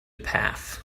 path